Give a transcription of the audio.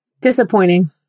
Disappointing